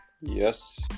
Yes